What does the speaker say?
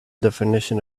definition